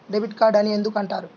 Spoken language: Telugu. డెబిట్ కార్డు అని ఎందుకు అంటారు?